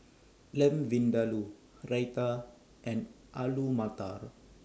Lamb Vindaloo Raita and Alu Matar